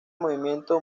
movimiento